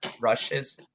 rushes